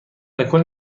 الکل